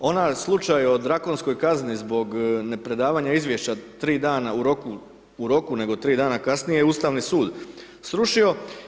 Onaj slučaj o drakonskoj kazni zbog nepredavanja izvješća 3 dana u roku, u roku nego 3 dana kasnije je Ustavni sud srušio.